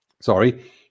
sorry